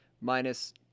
minus